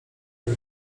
nie